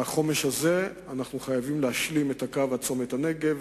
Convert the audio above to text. לחומש הזה אנחנו חייבים להשלים את הקו עד צומת הנגב,